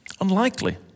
Unlikely